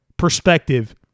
Perspective